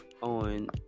on